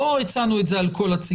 לא הצענו את זה על כל הציבור.